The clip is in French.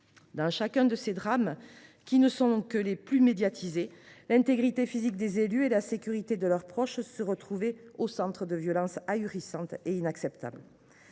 de chacun de ces drames, qui ne sont que les plus médiatisés, l’intégrité physique des élus et la sécurité de leurs proches se sont retrouvés au centre de violences ahurissantes et inacceptables.